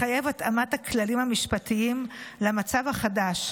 מחייבת את התאמת הכללים המשפטיים למצב החדש,